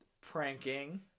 pranking